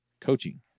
coaching